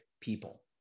people